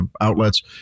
outlets